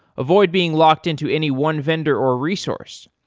avoid being locked-in to any one vendor or resource.